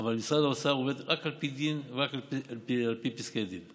אבל משרד האוצר עובד רק על פי דין ורק על פי פסקי דין.